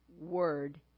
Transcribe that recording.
word